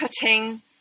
cutting